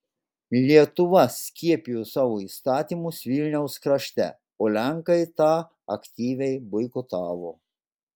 lietuva skiepijo savo įstatymus vilniaus krašte o lenkai tą aktyviai boikotavo